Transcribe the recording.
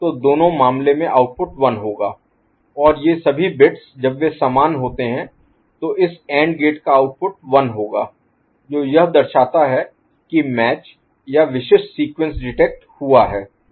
तो दोनों मामले में आउटपुट 1 होगा और ये सभी 4 बिट्स जब वे समान होते हैं तो इस एंड गेट का आउटपुट 1 होगा जो यह दर्शाता है की मैच या विशिष्ट सीक्वेंस डिटेक्ट हुआ है